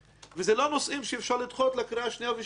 זה לא נושאים שאפשר לדחות לקריאה שנייה ושלישית.